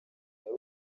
yari